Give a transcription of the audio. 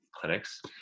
clinics